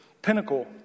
pinnacle